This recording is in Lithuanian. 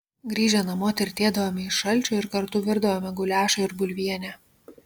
grįžę namo tirtėdavome iš šalčio ir kartu virdavome guliašą ir bulvienę